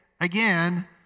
again